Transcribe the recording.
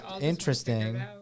interesting